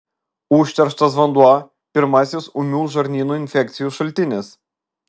užterštas vanduo pirmasis ūmių žarnyno infekcijų šaltinis